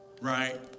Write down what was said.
right